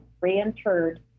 reinterred